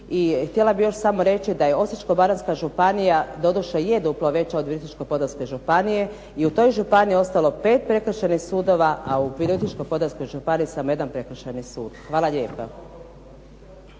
htjela bih još samo reći da je Osječko-baranjska županija doduše je duplo veća od Virovitičko-podravske županije i u toj županiji je ostalo 5 prekršajnih sudova, a u Virovitičko-podravskoj županiji samo jedan prekršajni sud. Hvala lijepo.